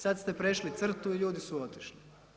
Sada ste prešli crtu i ljudi su otišli.